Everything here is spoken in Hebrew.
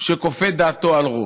שכופה את דעתו על רוב.